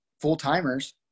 full-timers